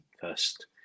first